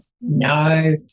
No